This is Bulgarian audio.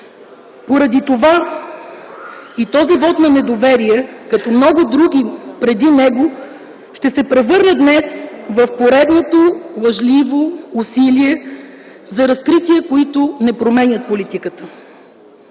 Поради това и този вот на недоверие, като много други преди него, ще се превърне днес в поредното лъжливо усилие за разкрития, които не променят политиката.